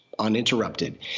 uninterrupted